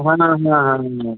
হ্যাঁ না না হুম